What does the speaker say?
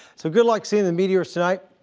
so good luck seeing the meteors tonight.